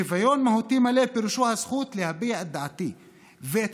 שוויון מהותי מלא פירושו הזכות להביע את דעתי ואת